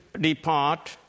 depart